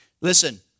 Listen